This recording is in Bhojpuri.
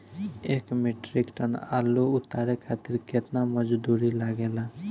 एक मीट्रिक टन आलू उतारे खातिर केतना मजदूरी लागेला?